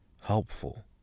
helpful